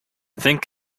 think